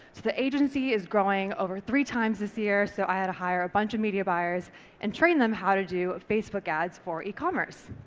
the agency is growing over three times this year, so i had to hire a bunch of media buyers and train them how to do facebook ads for ecommerce.